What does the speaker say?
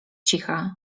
cicha